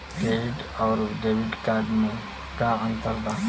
Credit अउरो debit card मे का अन्तर बा?